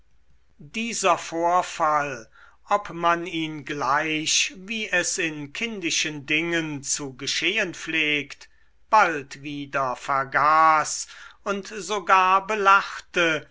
dieser vorfall ob man ihn gleich wie es in kindischen dingen zu geschehen pflegt bald wieder vergaß und sogar belachte